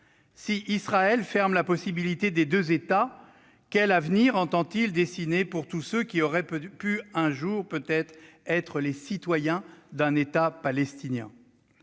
si Israël ferme la possibilité de deux États, quel avenir entend-il dessiner pour tous ceux qui auraient pu être un jour les citoyens d'un État palestinien ?